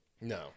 No